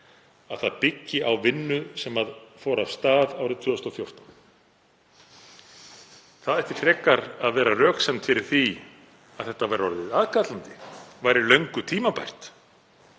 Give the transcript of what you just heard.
að það byggi á vinnu sem fór af stað árið 2014. Það ætti frekar að vera röksemd fyrir því að þetta væri orðið aðkallandi, væri löngu tímabært.